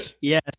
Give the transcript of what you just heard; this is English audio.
Yes